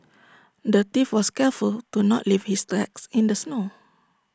the thief was careful to not leave his tracks in the snow